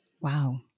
Wow